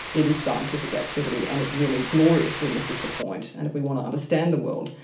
it is scientific activity and it really gloriously misses the point, and if we want to understand the world,